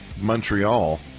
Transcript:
Montreal